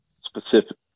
Specific